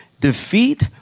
defeat